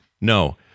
No